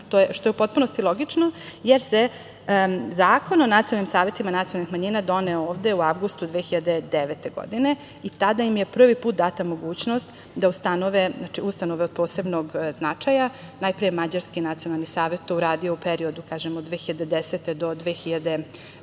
što je u potpunosti logično, jer se Zakon o nacionalnim savetima nacionalnih manjina doneo ovde u avgustu 2009. godine i tada im je prvi put data mogućnost da ustanove ustanove od posebnog značaja. Najpre je mađarski nacionalni savet to uradio u periodu od 2010. do 2014.